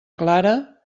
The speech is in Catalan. clara